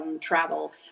travel